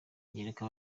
yereka